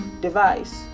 device